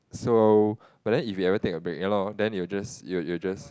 so but then if you ever take a break ya lor then it will just it will it will just